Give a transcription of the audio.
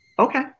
Okay